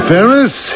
Ferris